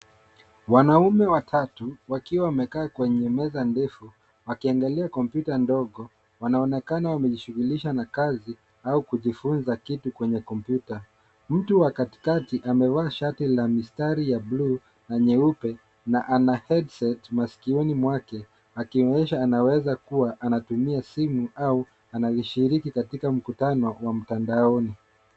Wanaume watatu wakiwa wamekaa kwenye meza ndefu wakiangalia kompyuta ndogo. Wanaonekana wamejishughulisha na kazi au kujifunza kitu kwenye kompyuta. Mtu wa katikati amevaa shati la mistari ya bluu na nyeupe na ana headsets masikioni mwake akionyesha anaweza kuwa anatumia simu au analishiriki katika mkutano wa mtandaoni.